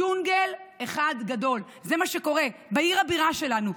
ג'ונגל אחד גדול, זה מה שקורה בעיר הבירה שלנו.